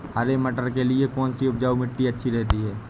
हरे मटर के लिए कौन सी उपजाऊ मिट्टी अच्छी रहती है?